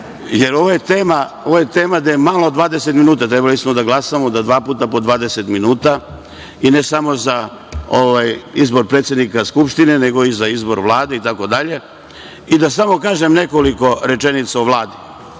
jer ovo je tema gde je malo 20 minuta. Trebali smo da glasamo da bude dva puta po 20 minuta i ne samo za izbor predsednika Skupštine, nego i za izbor Vlade itd. Da samo kažem nekoliko rečenica o Vladi